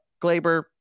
Glaber